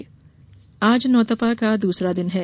मौसम आज नौतपा का दूसरा दिन है